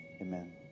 Amen